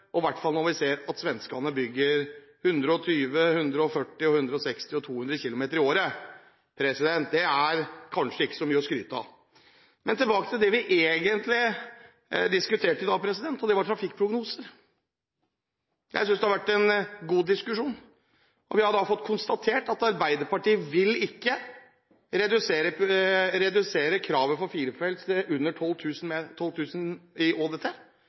i hvert fall når vi ser at svenskene bygger 120, 140, 160 og 200 km i året. Så det er kanskje ikke så mye å skryte av. Men tilbake til det vi egentlig diskuterer i dag, trafikkprognoser. Jeg synes det har vært en god diskusjon. Vi har fått konstatert at Arbeiderpartiet ikke vil redusere kravet for firefelts vei til under 12 000 i ÅDT. Det